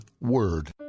WORD